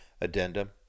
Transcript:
addendum